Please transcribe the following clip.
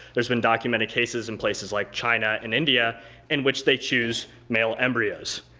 there's been documented cases in places like china and india in which they choose male embryos.